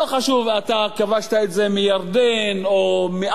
אתה כבשת את זה מירדן או מאף אחד,